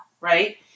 right